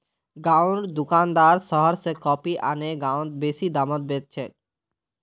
गांउर दुकानदार शहर स कॉफी आने गांउत बेसि दामत बेच छेक